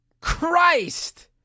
Christ